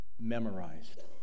memorized